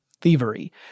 thievery